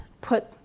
put